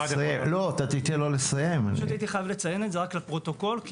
הייתי חייב לציין את זה לפרוטוקול כי